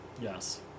yes